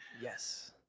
yes